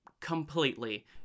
Completely